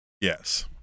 Yes